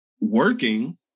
working